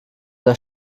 der